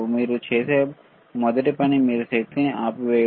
మీరు చేసే మొదటి పని మీరు శక్తిని ఆపివేయడం